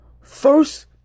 first